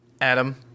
Adam